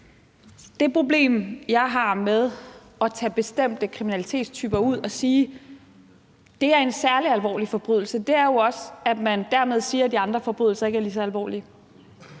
Det problem, jeg har med at tage en bestemt kriminalitetstype ud og sige, at det er en særlig alvorlig forbrydelse, er jo, at man dermed også siger, at de andre forbrydelser ikke er lige så alvorlige.